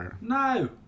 No